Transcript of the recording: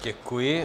Děkuji.